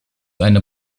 einer